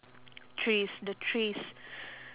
trees the trees